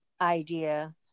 idea